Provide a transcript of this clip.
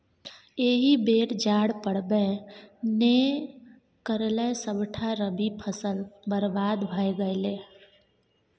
एहि बेर जाड़ पड़बै नै करलै सभटा रबी फसल बरबाद भए गेलै